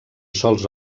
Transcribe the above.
sols